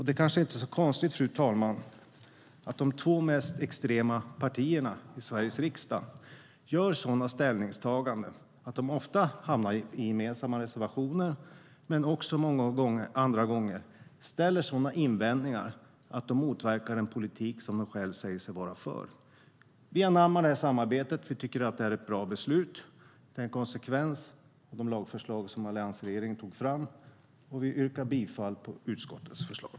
Det kanske inte är så konstigt, fru talman, att de två mest extrema partierna i Sveriges riksdag gör sådana ställningstaganden att de ofta hamnar i gemensamma reservationer men andra gånger också ställer sådana invändningar att de motverkar den politik som de själva säger sig vara för. Vi anammar det här samarbetet och tycker att det är ett bra beslut. Det är en konsekvens av de lagförslag som alliansregeringen tog fram. Jag yrkar bifall till utskottets förslag.